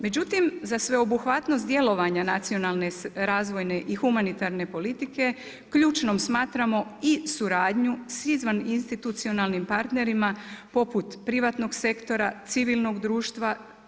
Međutim za sveobuhvatnost djelovanja nacionalne razvojne i humanitarne politike ključnom smatramo i suradnju s izvaninstitucionalnim partnerima poput privatnog sektora, civilnog društva.